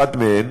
אחת מהן